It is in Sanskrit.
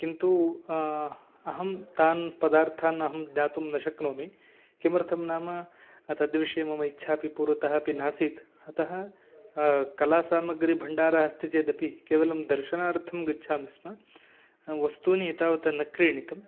किन्तु अहं तान् पदार्थान् अहं ज्ञातुं न शक्नोमि किमर्थं नाम तद् विषये मम इच्छापि पूर्वतः अपि नासीत् अतः कलासामग्रीभण्डारः अस्ति चेदपि केवलं दर्शनार्थं गच्छामि स्म वस्तूनि एतावता न क्रेतानि